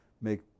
make